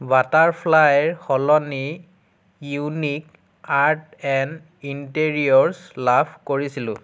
বাটাৰফ্লাইৰ সলনি unique art and interiors লাভ কৰিছিলোঁ